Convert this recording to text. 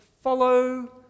follow